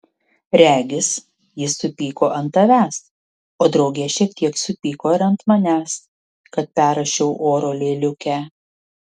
regis jie supyko ant tavęs o drauge šiek tiek supyko ir ant manęs kad perrašiau oro lėliukę